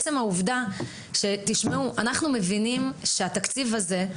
אנחנו מבינים שהתקציב הזה,